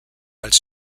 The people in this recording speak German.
als